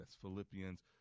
Philippians